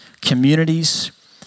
communities